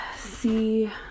see